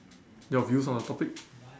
your views on the topic